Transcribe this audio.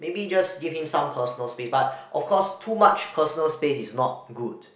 maybe just give him some personal space but of course too much personal space is not good